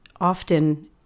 often